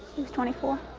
he was twenty four.